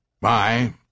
Bye